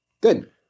Good